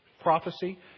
prophecy